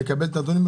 לקבל את הנתונים.